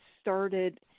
started